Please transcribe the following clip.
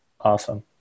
awesome